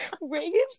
Reagan